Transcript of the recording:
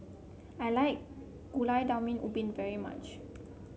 I like Gulai Daun Ubi very much